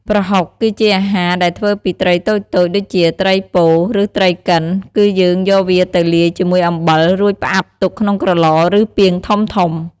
ប្រហុក គឺជាអាហារដែលធ្វើពីត្រីតូចៗដូចជាត្រីពោ ឬត្រីកិន គឺយើងយកវាទៅលាយជាមួយអំបិល រួចផ្អាប់ទុកក្នុងក្រឡ ឬពាងធំៗ។